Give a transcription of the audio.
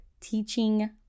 teaching